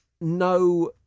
no